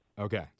Okay